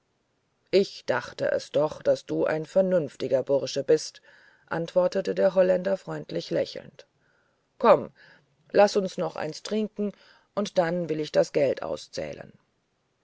ich dachte es doch daß du ein vernünftiger bursche seist antwortete der holländer freundlich lächelnd komm laß uns noch eins trinken und dann will ich das geld auszahlen